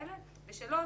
ושלישית.